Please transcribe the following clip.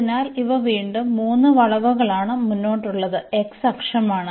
അതിനാൽ ഇവ വീണ്ടും മൂന്ന് വളവുകളാണ് മുന്നോട്ടുള്ളത് x അക്ഷമാണ്